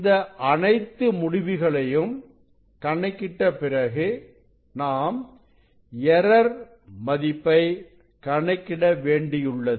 இந்த அனைத்து முடிவுகளையும் கணக்கிட்ட பிறகு நாம் எரர் மதிப்பை கணக்கிட வேண்டியுள்ளது